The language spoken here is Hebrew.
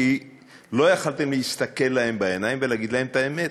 כי לא יכולתם להסתכל להם בעיניים ולהגיד להם את האמת,